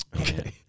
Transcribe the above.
Okay